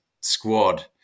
squad